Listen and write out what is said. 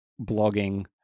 blogging